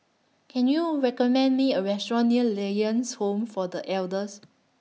Can YOU recommend Me A Restaurant near Lions Home For The Elders